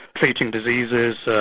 treating diseases,